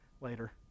later